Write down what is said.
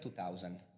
2000